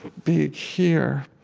being here.